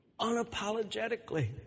Unapologetically